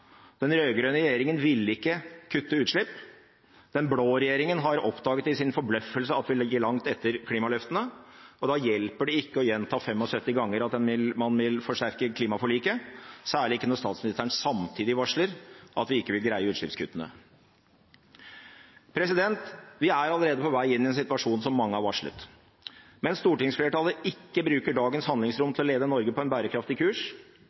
Den rød-grønne regjeringen ville ikke kutte utslipp. Den blå regjeringen har oppdaget til sin forbløffelse at vi ligger langt etter klimaløftene, og da hjelper det ikke å gjenta 75 ganger at man vil forsterke klimaforliket, særlig ikke når statsministeren samtidig varsler at vi ikke vil greie utslippskuttene. Vi er allerede på vei inn i en situasjon som mange har varslet. Mens stortingsflertallet ikke bruker dagens handlingsrom til å lede Norge på en bærekraftig kurs,